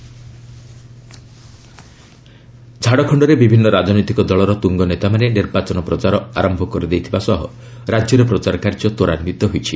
ଆସେମ୍କି election ଝାଡ଼ଖଣ୍ଡରେ ବିଭିନ୍ନ ରାଜନୈତିକ ଦଳର ତୁଙ୍ଗନେତାମାନେ ନିର୍ବାଚନ ପ୍ରଚାର ଆରମ୍ଭ କରିଦେଇଥିବା ସହ ରାଜ୍ୟରେ ପ୍ରଚାର କାର୍ଯ୍ୟ ତ୍ୱରାନ୍ଧିତ ହୋଇଛି